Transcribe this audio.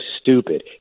stupid